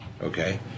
okay